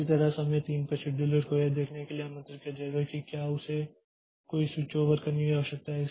इसी तरह समय 3 पर शेड्यूलर को यह देखने के लिए आमंत्रित किया जाएगा कि क्या उसे कोई स्विचओवर करने की आवश्यकता है